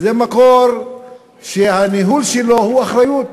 זה מקור שהניהול שלו הוא אחריות.